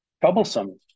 troublesome